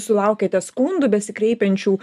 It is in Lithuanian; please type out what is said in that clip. sulaukiate skundų besikreipiančių